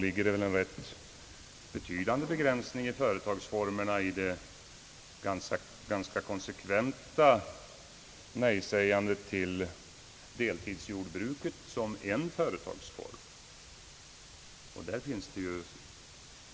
Herr talman! Nog innebär väl det ganska konsekventa nejsägandet till deltidsjordbruket som företagsform en rätt betydande begränsning av företagsformerna.